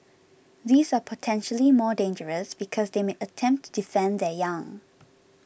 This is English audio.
these are potentially more dangerous because they may attempt to defend their young